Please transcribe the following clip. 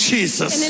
Jesus